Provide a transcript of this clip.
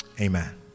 Amen